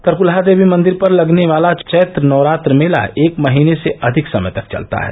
तरकुलहा देवी मंदिर पर लगने वाला नवरात्र मेला एक महीने से अधिक समय तक चलता है